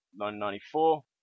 1994